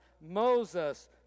Moses